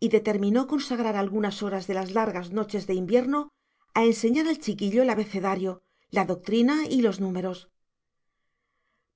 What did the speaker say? y determinó consagrar algunas horas de las largas noches de invierno a enseñar al chiquillo el abecedario la doctrina y los números